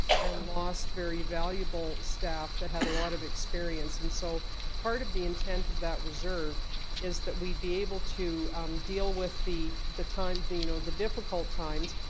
ah and lost very valuable staff that had a lot of experience, and so part of the intent of that reserve is that we be able to deal with the the time the you know the difficult times,